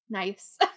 Nice